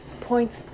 points